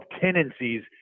tendencies